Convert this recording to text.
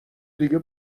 دیگه